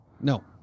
No